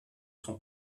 son